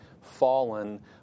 fallen